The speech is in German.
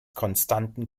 konstanten